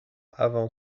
avant